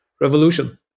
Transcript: revolution